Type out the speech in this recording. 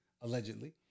allegedly